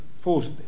force